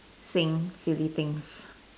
sing silly things